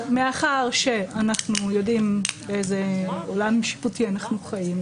מאחר שאנחנו יודעים באיזה עולם משפטי אנחנו חיים,